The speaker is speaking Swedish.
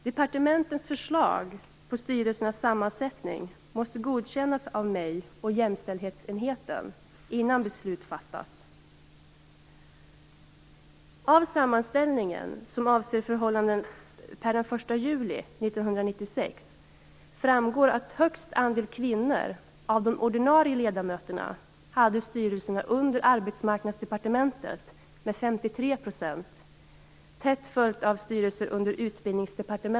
Departementens förslag till styrelsernas sammansättning måste godkännas av mig och jämställdhetsenheten innan beslut fattas.